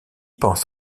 pense